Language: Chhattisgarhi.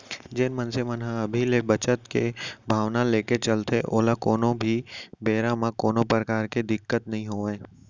जेन मनसे मन ह अभी ले बचत के भावना लेके चलथे ओला कोनो भी बेरा म कोनो परकार के दिक्कत नइ होवय